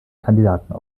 kandidaten